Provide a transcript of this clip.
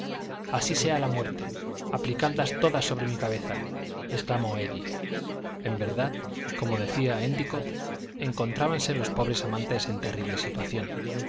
así sea la muerte aplicadlas todas sobre mi cabeza exclamó édith en verdad como decía éndicott encontrábanse los pobres amantes en terrible situación